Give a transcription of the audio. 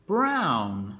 Brown